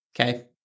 Okay